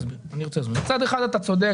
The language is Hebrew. מצד אחד אתה צודק,